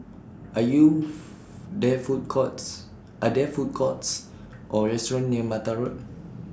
Are Youth There Food Courts Are There Food Courts Or restaurants near Mattar Road